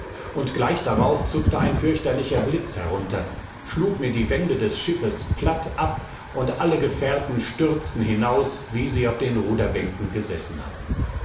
und gleich darauf zuckte ein fürchterlicher blitz herunter schlug mir die wände des schiffs platt ab und alle gefährten stürzten hinaus wie sie auf den ruderbänken gesessen hatten